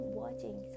watching